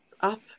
up